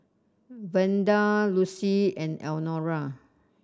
Verda Lucy and Elnora